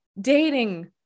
Dating